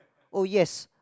oh yes